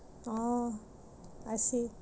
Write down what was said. orh I see